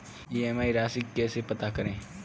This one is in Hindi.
ई.एम.आई राशि कैसे पता करें?